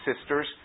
sisters